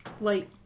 Light